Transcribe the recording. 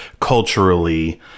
culturally